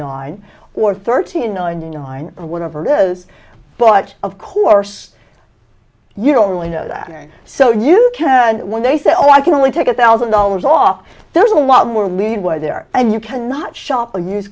thirteen ninety nine or whatever it is but of course you don't really know that and so you can and when they say oh i can only take a thousand dollars off there's a lot more leeway there and you cannot shop a used